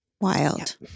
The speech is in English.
Wild